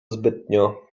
zbytnio